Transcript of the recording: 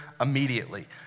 immediately